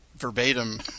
Verbatim